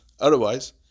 Otherwise